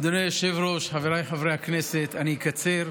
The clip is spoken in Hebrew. אדוני היושב-ראש, חבריי חברי הכנסת, אני אקצר.